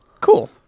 Cool